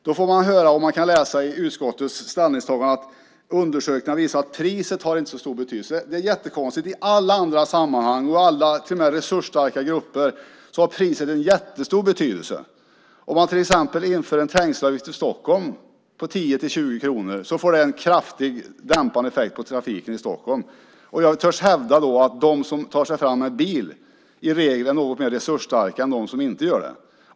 Då får man höra, och kan också läsa i utskottets ställningstagande, att undersökningar visar att priset inte har så stor betydelse. Det är jättekonstigt. I alla andra sammanhang och bland alla, till och med resursstarka grupper, har priset en jättestor betydelse. Om man till exempel inför en trängselavgift i Stockholm på 10-20 kronor får det en kraftigt dämpande effekt på trafiken i Stockholm. Och jag törs hävda att de som tar sig fram med bil i regel är något mer resursstarka än de som inte gör det.